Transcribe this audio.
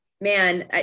man